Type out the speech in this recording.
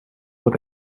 with